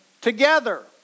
Together